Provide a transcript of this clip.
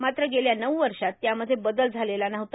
मात्र गेल्या नऊ वषात त्यामध्ये बदल झालेला नव्हता